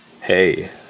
hey